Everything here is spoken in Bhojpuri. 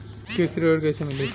कृषि ऋण कैसे मिली?